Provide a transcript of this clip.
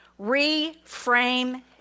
Reframe